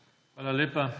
Hvala lepa.